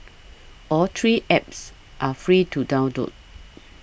all three apps are free to down